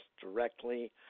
directly